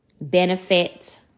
benefit